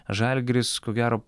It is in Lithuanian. žalgiris ko gero